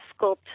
sculpt